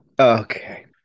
okay